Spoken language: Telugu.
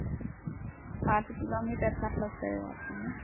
ఫాట్టీ కిలోమీటర్స్ అట్లా వస్తాయి